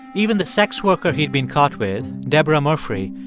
even the sex worker he'd been caught with, debra murphree,